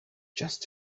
just